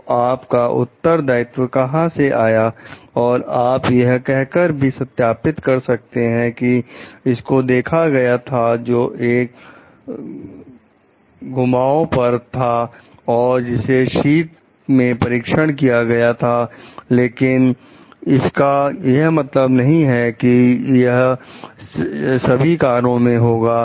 तो आप का उत्तरदायित्व कहां से आया और आप यह कहकर भी सत्यापित कर सकते हैं कि इसको देखा गया था जो एक घुमाओ पर था और जिसे शीत में परीक्षण किया गया था लेकिन इसका यह मतलब नहीं है कि यह सभी कारों में होगा